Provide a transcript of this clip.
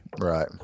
Right